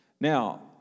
Now